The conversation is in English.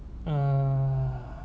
err